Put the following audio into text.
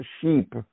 sheep